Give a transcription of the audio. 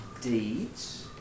deeds